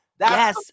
Yes